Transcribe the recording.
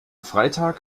freitag